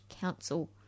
Council